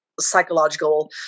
psychological